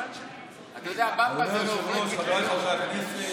אתה יודע, במבה זה לאוכלי קטניות.